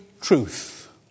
truth